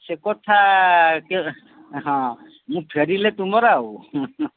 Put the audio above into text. ସେ କଥା କିଏ ହଁ ମୁଁ ଫେରିଲେ ତୁମର ଆଉ